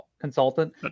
consultant